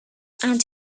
and